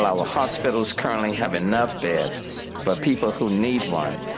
well ah hospitals currently have enough beds for people who need one.